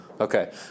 Okay